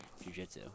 jujitsu